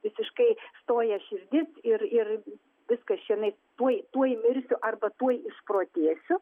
visiškai stoja širdis ir ir viskas čianais tuoj tuoj mirsiu arba tuoj išprotėsiu